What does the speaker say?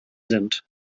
sind